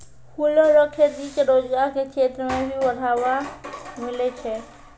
फूलो रो खेती से रोजगार के क्षेत्र मे भी बढ़ावा मिलै छै